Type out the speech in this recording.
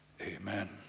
Amen